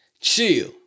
chill